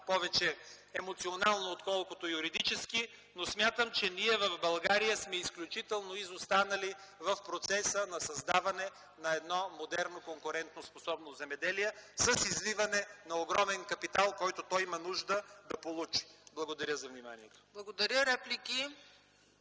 повече емоционално, отколкото юридически. Но смятам, че ние в България сме изключително изостанали в процеса на създаване на едно модерно конкурентноспособно земеделие с изливане на огромен капитал, който той има нужда да получи. Благодаря за вниманието. ПРЕДСЕДАТЕЛ